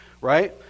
right